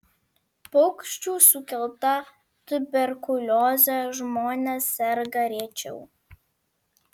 paukščių sukelta tuberkulioze žmonės serga rečiau